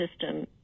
system